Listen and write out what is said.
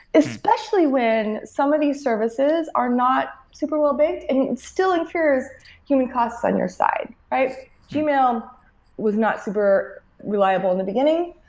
especially when some of these services are not super well baked, and still incurs human costs on your side. gmail gmail was not super reliable in the beginning.